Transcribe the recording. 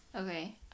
Okay